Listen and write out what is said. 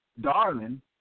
darling